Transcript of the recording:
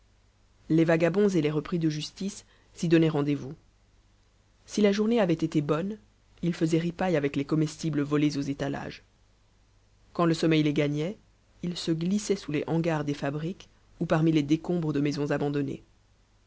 les vagabonds et les repris de justice s'y donnaient rendez-vous si la journée avait été bonne ils faisaient ripaille avec les comestibles volés aux étalages quand le sommeil les gagnait ils se glissaient sous les hangards des fabriques ou parmi les décombres de maisons abandonnées